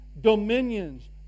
dominions